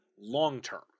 long-term